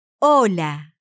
hola